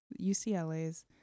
UCLA's